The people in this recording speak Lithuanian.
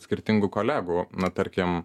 skirtingų kolegų na tarkim